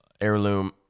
heirloom